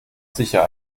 sicher